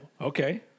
okay